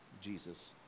Jesus